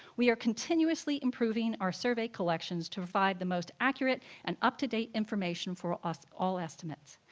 we are continuously improving our survey collections to provide the most accurate and up-to-date information for us all estimates.